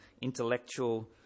intellectual